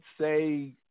say